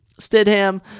Stidham